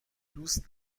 دوست